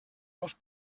dos